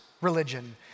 religion